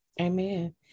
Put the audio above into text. Amen